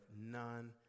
none